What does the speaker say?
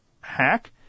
hack